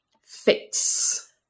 fix